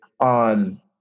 on